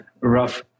rough